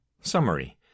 Summary